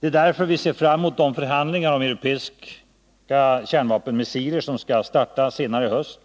är därför vi ser fram mot de förhandlingar om europeiska kärnvapenmissiler som skall starta senare i höst.